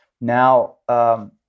now